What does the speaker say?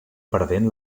perdent